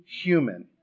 human